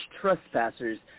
trespassers